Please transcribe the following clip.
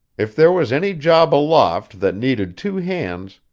if there was any job aloft that needed two hands,